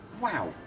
Wow